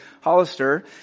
Hollister